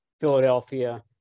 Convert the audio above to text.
Philadelphia